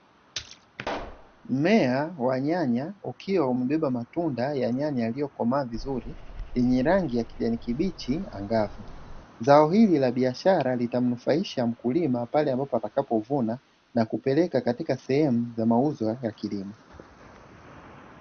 Mmea wa nyanya ukiwa umebeba matunda ya nyanya yaliyo komaa vizuri yenye rangi ya kijani kibichi angavu, zao hili la biashara linamnufaisha mkulima, pale atakapovuna na kupeleka katika sehemu za mauzo ya kilimo.